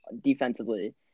defensively